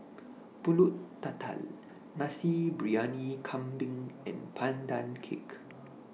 Pulut Tatal Nasi Briyani Kambing and Pandan Cake